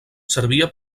servia